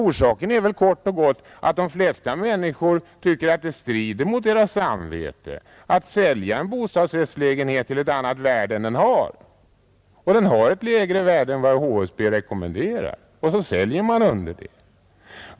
Orsaken är väl kort och gott att de flesta människor tycker att det strider mot deras samvete att sälja en bostadsrättslägenhet till ett annat värde än den har. Om den har ett lägre värde än vad HSB rekommenderar så säljer man till det.